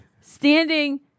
standing